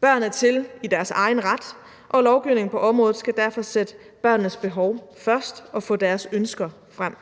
Børn er til i deres egen ret, og lovgivningen på området skal derfor sætte børnenes behov først og få deres ønsker frem.